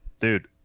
dude